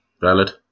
valid